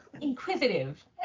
Inquisitive